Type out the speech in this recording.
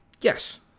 Yes